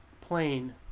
plane